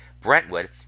Brentwood